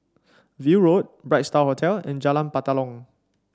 View Road Bright Star Hotel and Jalan Batalong